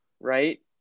right